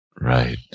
Right